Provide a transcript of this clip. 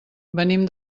venim